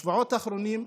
בשבועות האחרונים,